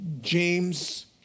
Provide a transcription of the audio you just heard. James